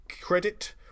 credit